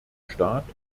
staat